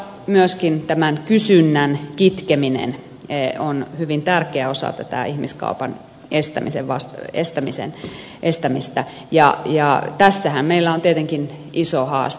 myöskin tämän kysynnän kitkeminen on hyvin tärkeä osa tätä ihmiskaupan estämistä ja tässähän meillä on tietenkin iso haaste